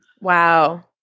Wow